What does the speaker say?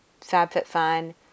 FabFitFun